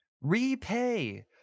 Repay